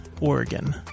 Oregon